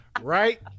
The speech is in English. Right